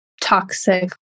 toxic